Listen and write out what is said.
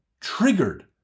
triggered